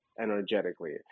energetically